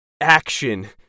action